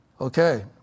Okay